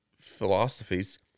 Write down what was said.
philosophies